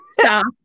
stop